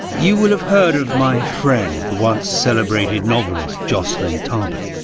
you will have heard of my friend, the once celebrated novelist jocelyn tarbet,